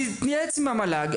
תתייעץ עם המל"ג.